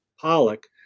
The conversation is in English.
Pollock